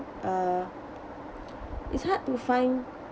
uh it's hard to find